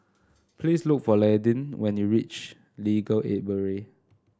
please look for Landyn when you reach Legal Aid Bureau